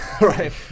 right